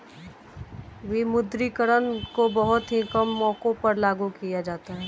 विमुद्रीकरण को बहुत ही कम मौकों पर लागू किया जाता है